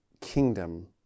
kingdom